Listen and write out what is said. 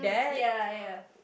ya ya